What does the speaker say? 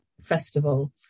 festival